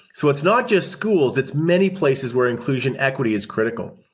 so it's not just schools, it's many places where inclusion equity is critical.